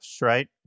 right